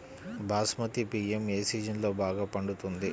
బాస్మతి బియ్యం ఏ సీజన్లో బాగా పండుతుంది?